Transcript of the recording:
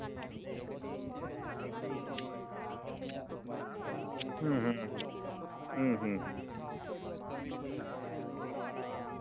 ᱦᱩᱸ ᱦᱩᱸ ᱦᱩᱸ ᱦᱩᱸ ᱦᱩᱸ ᱦᱩᱸ